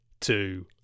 two